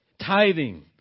Tithing